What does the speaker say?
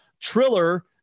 triller